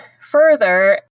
further